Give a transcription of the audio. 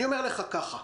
אני אומר לך כך: